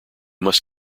must